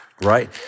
Right